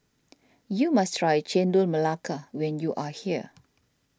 you must try Chendol Melaka when you are here